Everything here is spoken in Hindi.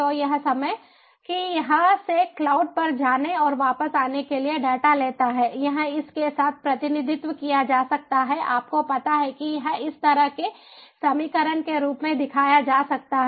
तो यह समय कि यहां से क्लाउड पर जाने और वापस आने के लिए डेटा लेता है यह इस के साथ प्रतिनिधित्व किया जा सकता है आपको पता है कि यह इस तरह के समीकरण के रूप में दिखाया जा सकता है